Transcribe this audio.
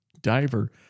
diver